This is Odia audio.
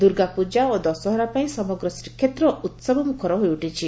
ଦୁର୍ଗା ପ୍ରଜା ଓ ଦଶହରା ପାଇଁ ସମଗ୍ର ଶ୍ରୀକ୍ଷେତ୍ର ଉସ୍ବ ମୁଖର ହୋଇଉଠିଛି